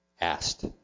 asked